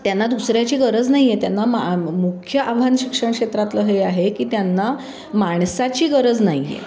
त्याना दुसऱ्याची गरज नाही आहे त्यांना मा मुख्य आव्हान शिक्षण क्षेत्रातलं हे आहे की त्यांना माणसाची गरज नाही आहे